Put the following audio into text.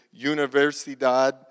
Universidad